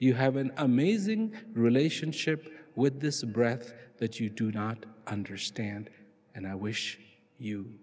you have an amazing relationship with this breath that you do not understand and i wish you